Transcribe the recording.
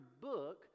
book